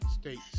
states